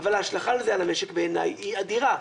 אבל ההשלכה הזאת על המשק, בעיניי, היא אדירה.